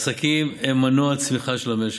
העסקים הם מנוע הצמיחה של המשק.